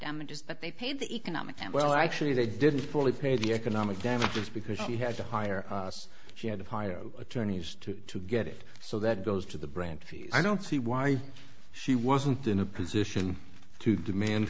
damages that they paid the economic that well actually they didn't fully paid the economic damages because she had to hire us she had to hire attorneys to get it so that goes to the brand i don't see why she wasn't in a position to demand